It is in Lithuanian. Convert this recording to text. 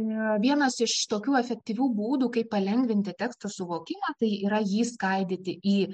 vienas iš tokių efektyvių būdų kaip palengvinti teksto suvokimą tai yra jį skaidyti į